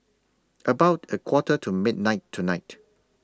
about A Quarter to midnight tonight